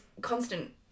constant